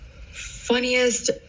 Funniest